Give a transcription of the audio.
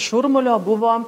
šurmulio buvo